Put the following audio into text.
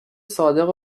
صادق